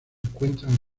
encuentran